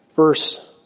Verse